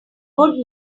good